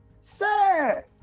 Sir